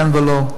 כן ולא,